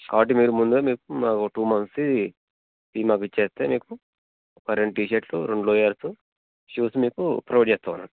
కాబట్టి మీరు ముందే మాకు టూ మంత్స్ది ఫీ మాకు ఇస్తే మీకు ఒక రెండు టీషర్ట్స్ రెండు లోవర్సు షూస్ మీకు ప్రొవైడ్ చేస్తాం అన్నట్టు